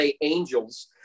angels